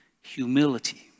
humility